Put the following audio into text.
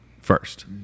first